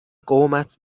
قومت